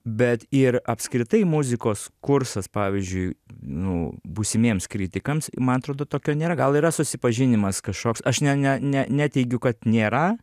bet ir apskritai muzikos kursas pavyzdžiui nu būsimiems kritikams man atrodo tokio nėra gal yra susipažinimas kažkoks aš ne ne ne neteigiu kad nėra